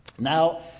Now